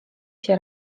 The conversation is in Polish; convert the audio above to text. się